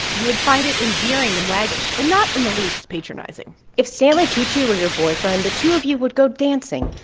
you would find it endearing and waggish and not in the least patronizing if stanley tucci were your boyfriend, the two of you would go dancing,